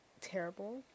terrible